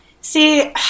See –